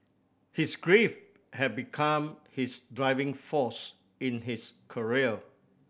his grief had become his driving force in his career